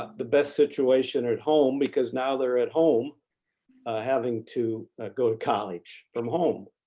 the best situation at home because now they're at home having to go to college from home,